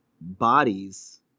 bodies